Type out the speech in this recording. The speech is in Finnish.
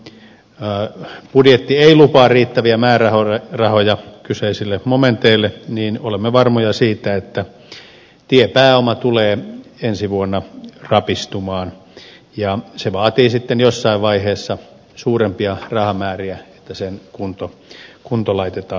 ja kun budjetti ei lupaa riittäviä määrärahoja kyseisille momenteille niin olemme varmoja siitä että tiepääoma tulee ensi vuonna rapistumaan ja se vaatii sitten jossain vaiheessa suurempia rahamääriä kun sen kunto laitetaan kohdalleen